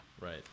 Right